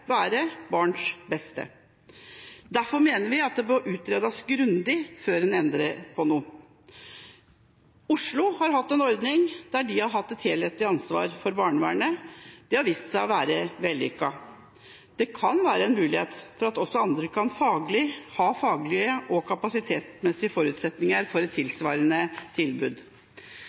være til beste for barnet. Derfor mener vi at dette må utredes grundig før en endrer noe. Oslo har hatt en ordning der de har hatt et helhetlig ansvar for barnevernet. Det har vist seg å være vellykket. Det kan være en mulighet for at også andre kan ha faglige og kapasitetsmessige forutsetninger for et